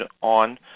on